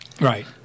Right